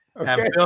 Okay